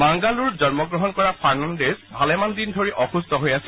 মাংগালুৰুত জন্মগ্ৰহণ কৰা ফাৰ্ণাণ্ডেজ ভালেমানদিন ধৰি অসুস্থ হৈ আছিল